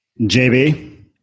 JB